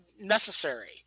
necessary